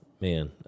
man